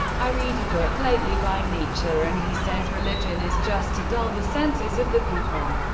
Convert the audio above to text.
i read a book lately by nietzsche and he says religion is just to dull the senses of the people.